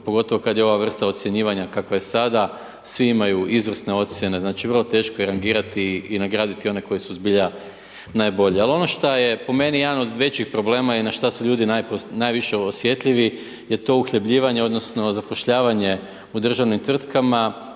pogotovo kad je ova vrsta ocjenjivanja kakva je sada, svi imaju izvrsne ocjene, znači vrlo teško je rangirati i nagraditi one koji su zbilja najbolji. Ali ono što je po meni jedan od većih problema, je na šta su ljudi najviše osjetljivi je to uhljebljivanje odnosno zapošljavanje u državnim tvrtkama